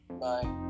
Bye